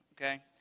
okay